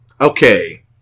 Okay